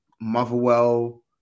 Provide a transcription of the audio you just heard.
Motherwell